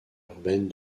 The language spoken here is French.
urbaine